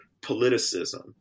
politicism